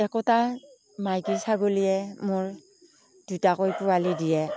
একোটা মাইকী ছাগলীয়ে মোৰ দুটাকৈ পোৱালি দিয়ে